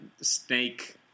Snake